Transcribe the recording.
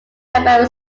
canberra